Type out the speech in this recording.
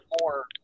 more